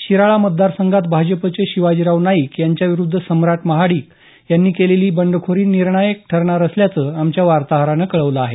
शिराळा मतदार संघात भाजपचे शिवाजीराव नाईक यांच्याविरुद्ध सम्राट महाडिक यांनी केलेली बंडखोरी निर्णायक ठरणार असल्याचं आमच्या वार्ताहरानं कळवलं आहे